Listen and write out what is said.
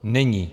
Není.